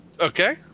Okay